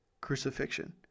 crucifixion